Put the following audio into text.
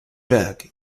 veg